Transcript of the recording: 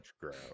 ground